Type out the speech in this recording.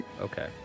Okay